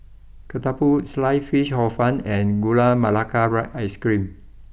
Ketupat sliced Fish Hor fun and Gula Melaka Ice cream